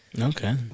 Okay